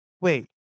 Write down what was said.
Wait